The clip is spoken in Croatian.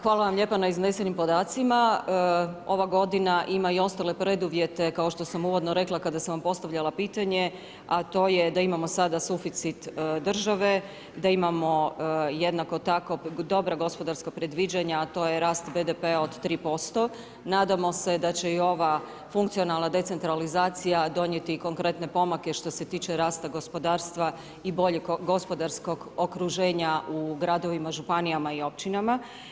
Hvala vam lijepa na iznesenim podacima, ova godina ima i ostale preduvjete, kao što sam uvodno rekla kada sam vam postavljala pitanje, a to je da imamo sada suficit države, da imamo jednako tako dobra gospodarska predviđanja, a to je rast BDP-a od 3%. nadamo se da će i ova funkcionalna decentralizacija donijeti konkretne pomake što se tiče rasta gospodarstva i boljeg gospodarskog okruženja u gradovima, županijama i općinama.